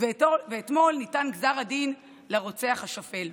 ואתמול ניתן גזר הדין לרוצח השפל.